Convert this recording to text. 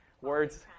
words